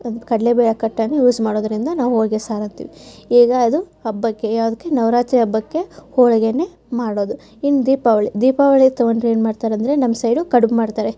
ಕಡಲೇ ಬೇಳೆ ಕಟ್ಟನ್ನು ಯೂಸ್ ಮಾಡೋದರಿಂದ ನಾವು ಹೋಳ್ಗೆ ಸಾರು ಅಂತೀವಿ ಈಗ ಅದು ಹಬ್ಬಕ್ಕೆ ಯಾವುದಕ್ಕೆ ನವರಾತ್ರಿ ಹಬ್ಬಕ್ಕೆ ಹೋಳಿಗೇನೆ ಮಾಡೋದು ಇನ್ನು ದೀಪಾವಳಿ ದೀಪಾವಳಿ ತೊಗೊಂಡರೆ ಏನು ಮಾಡ್ತಾರೆ ಅಂದರೆ ನಮ್ಮ ಸೈಡು ಕಡ್ಬು ಮಾಡ್ತಾರೆ